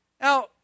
Now